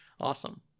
Awesome